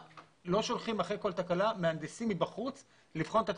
לא שולחים אחרי כל תקלה מהנדסים מבחוץ כדי לבחון את התקלה.